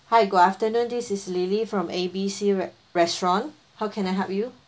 hi good afternoon this is lily from A B C res~ restaurant how can I help you